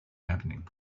happening